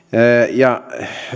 ja